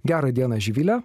gerą dieną živile